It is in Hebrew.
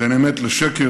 בין אמת לשקר,